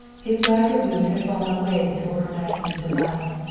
his blacker mood had fallen away before her naive delight.